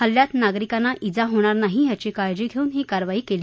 हल्ल्यात नागरिकांना जा होणार नाही याची काळजी घेऊन ही कारवाई केली